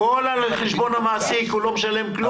הכול על חשבון המעסיק והוא לא משלם כלום.